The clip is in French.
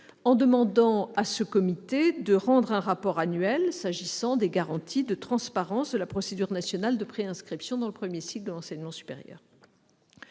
en demandant à cette instance de rendre un rapport annuel sur les garanties de transparence de la procédure nationale de préinscription dans le premier cycle de l'enseignement supérieur.